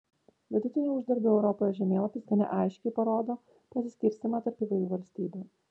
vidutinio uždarbio europoje žemėlapis gana aiškiai parodo pasiskirstymą tarp įvairių valstybių